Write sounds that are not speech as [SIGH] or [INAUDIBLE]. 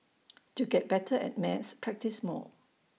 [NOISE] to get better at maths practise more